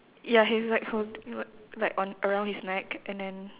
ya he's like hold~ like like on around his neck and then